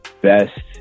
best